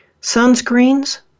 sunscreens